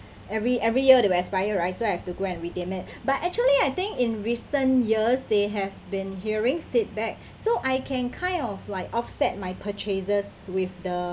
every every year they will expire right so I have to go and redeem it but actually I think in recent years they have been hearing feedback so I can kind of like offset my purchases with the